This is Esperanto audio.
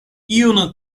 iun